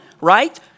right